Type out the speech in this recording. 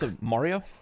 Mario